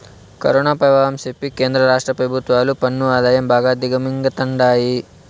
corona పెభావం సెప్పి కేంద్ర రాష్ట్ర పెభుత్వాలు పన్ను ఆదాయం బాగా దిగమింగతండాయి